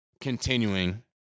continuing